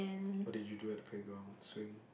what did you do at the playground swing